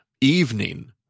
evening—